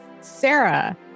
Sarah